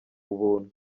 ubuntu